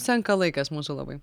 senka laikas mūsų labai